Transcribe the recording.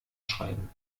schreiben